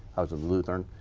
i was a lutheran.